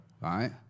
Right